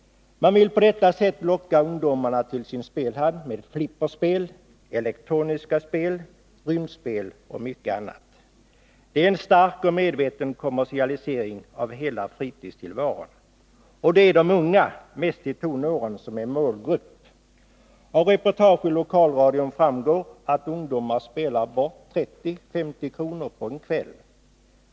Man vill på detta sätt locka ungdomarna till sin spelhall med flipperspel, elektroniska spel, rymdspel och mycket annat. Det är en stark och medveten kommersialisering av hela fritidstillvaron, och det är de unga — mest i tonåren — som är målgrupp. Av ett reportage i lokalradion framgår att ungdomar spelar bort 30-50 kr. på en kväll.